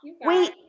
wait